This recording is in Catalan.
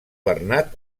bernat